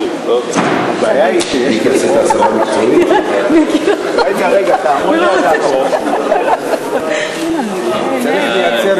בקריאה ראשונה ותעבור לוועדת החינוך להכנה לקריאה שנייה ושלישית.